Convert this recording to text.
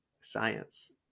science